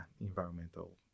environmental